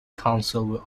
council